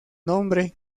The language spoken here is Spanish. nombre